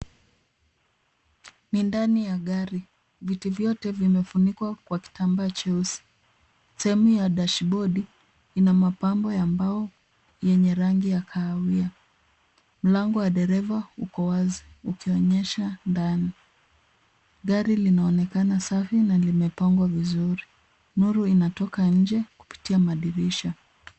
Ni ndani ya gari. Viti vyote vimefunikwa kwa kitambaa cheusi. Sehemu ya dashbodi, ina mapambo ya mbao yenye rangi ya kahawia. Mlango wa dereva uko wazi, ukionyesha ndani. Gari linaonekana safi na limepangwa vizuri. Nuru inatoka nje kupitia madirisha.